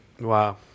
Wow